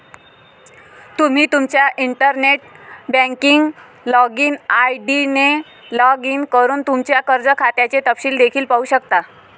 तुम्ही तुमच्या internet banking login ID ने लॉग इन करून तुमच्या कर्ज खात्याचे तपशील देखील पाहू शकता